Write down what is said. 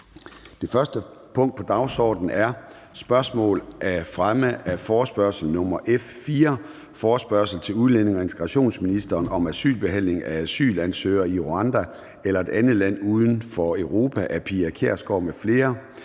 Det første punkt på dagsordenen er: 1) Spørgsmål om fremme af forespørgsel nr. F 4: Forespørgsel til udlændinge- og integrationsministeren om asylbehandling af asylansøgerne i Rwanda eller et andet land uden for Europa. Af Pia Kjærsgaard (DF) m.fl.